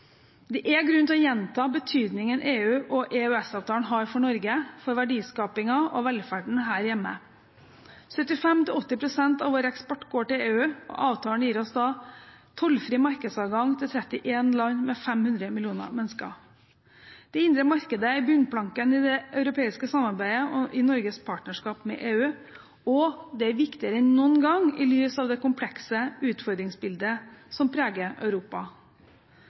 Det er grunn til å gjenta betydningen EU og EØS-avtalen har for Norge, for verdiskapingen og velferden her hjemme. 75 pst.–80 pst. av vår eksport går til EU, og avtalen gir oss tollfri markedsadgang til 31 land med 500 millioner mennesker. Det indre markedet er bunnplanken i det europeiske samarbeidet og i Norges partnerskap med EU, og det er viktigere enn noen gang i lys av det komplekse utfordringsbildet som preger Europa.